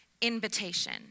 invitation